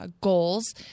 goals